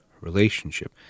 relationship